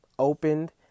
Opened